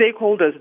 stakeholders